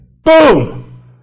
Boom